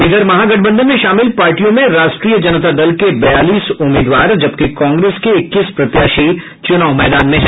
इधर महागठबंधन में शामिल पार्टियों में राष्ट्रीय जनता दल के बयालीस उम्मीदवार जबकि कांग्रेस के इक्कीस प्रत्याशी चुनाव मैदान में है